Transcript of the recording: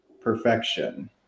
perfection